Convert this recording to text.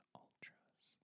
ultras